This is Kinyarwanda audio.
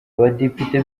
abadepite